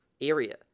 area